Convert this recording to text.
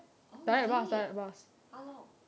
oh is it how long